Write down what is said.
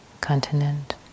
continent